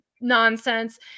nonsense